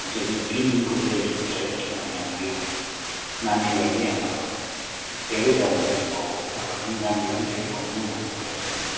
हुन्छ मिस तिन दिनको चाहिँ चाहियो किनभने अब त्यो नानीलाई पनि अब लिएरै जानुपर्ने भयो उताबाट पनि नानीलाई नि लिएरै आउनु भन्ने कुरा छ